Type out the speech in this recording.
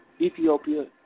Ethiopia